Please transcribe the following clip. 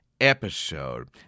episode